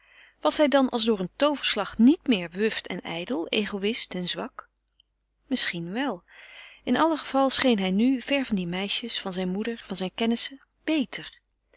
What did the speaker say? was hij dan als door een tooverslag niet meer wuft en ijdel egoïst en zwak misschien wel in allen geval scheen hij nu ver van die meisjes van zijn moeder van zijn kennissen beter